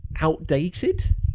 outdated